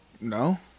No